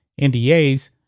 NDAs